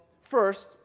first